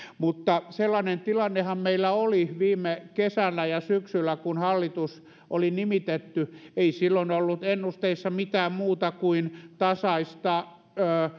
mutta sellainen tilannehan meillä oli viime kesänä ja syksyllä kun hallitus oli nimitetty ei silloin ollut ennusteissa mitään muuta kuin tasaista